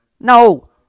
No